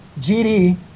GD